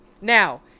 now